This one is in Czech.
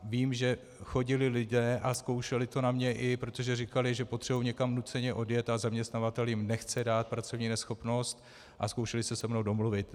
Vím, že chodili lidé a zkoušeli to i na mě, protože říkali, že potřebují někam nuceně odjet a zaměstnavatel jim nechce dát pracovní neschopnost, a zkoušeli se se mnou domluvit.